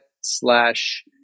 slash